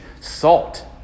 salt